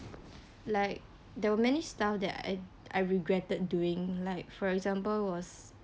like there were many stuff that I I regretted doing like for example was